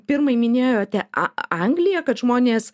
pirmai minėjote a angliją kad žmonės